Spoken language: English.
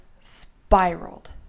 spiraled